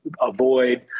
avoid